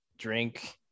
Drink